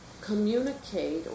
communicate